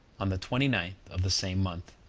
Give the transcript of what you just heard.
on the twenty ninth of the same month.